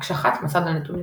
הקשחת מסד הנתונים